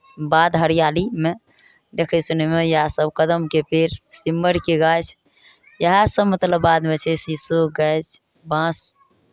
बाध हरियालीमे देखय सुनयमे इएहसभ कदम्बके पेड़ सिम्मरिके गाछ इएहसभ मतलब बाधमे छै शीशो गाछ बाँस